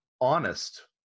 honest